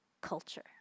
culture